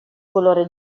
colore